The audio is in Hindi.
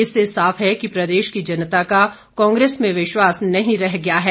इससे साफ है कि प्रदेश की जनता का कांग्रेस में विश्वास नहीं रह गया है